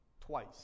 twice